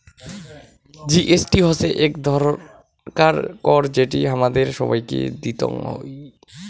GST হসে এক ধরণকার কর যেটি হামাদের সবাইকে দিতং হই